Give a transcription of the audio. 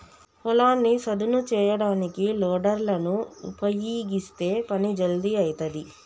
పొలాన్ని సదును చేయడానికి లోడర్ లను ఉపయీగిస్తే పని జల్దీ అయితది